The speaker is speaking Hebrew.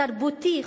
תרבותי,